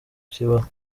kibaho